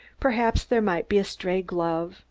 perhaps there might be a stray glove,